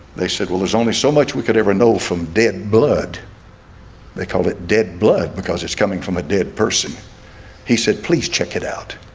they said well, there's only so much we could ever know from dead blood they called it dead blood because it's coming from a dead person he said please check it out